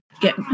get